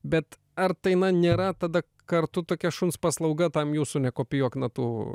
bet ar tai na nėra tada kartu tokia šuns paslauga tam jūsų nekopijuok natų